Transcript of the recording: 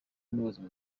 n’ubuzima